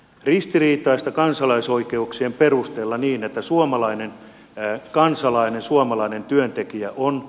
ristiriitaista kansalaisoikeuk sien perusteella on että suomalainen kansalainen suomalainen työntekijä kun